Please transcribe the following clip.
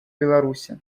беларуси